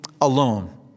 alone